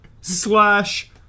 slash